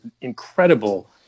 incredible